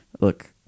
look